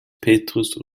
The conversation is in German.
petrus